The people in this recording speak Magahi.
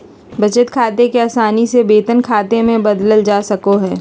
बचत खाते के आसानी से वेतन खाते मे बदलल जा सको हय